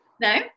No